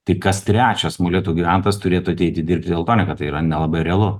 tik kas trečias molėtų gyventojas turėtų ateiti dirbt į teltoniką kad tai yra nelabai realu